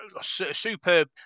superb